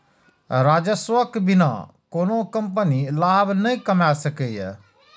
राजस्वक बिना कोनो कंपनी लाभ नहि कमा सकैए